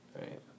right